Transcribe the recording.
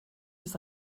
des